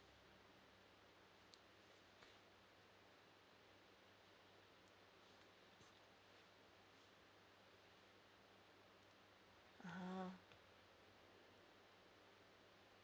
oh